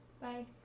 Bye